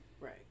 Right